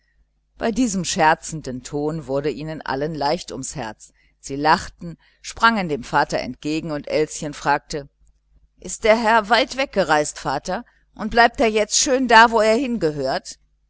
bei diesem scherzenden ton wurde ihnen allen leicht ums herz sie lachten sprangen dem vater entgegen und elschen fragte ist der herr weit weggereist vater und bleibt der jetzt schön da wo er hin